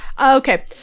Okay